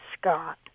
Scott